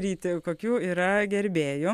ryti kokių yra gerbėjų